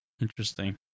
Interesting